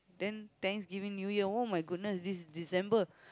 then thanksgiving New Year oh-my-goodness this December